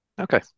Okay